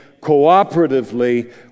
cooperatively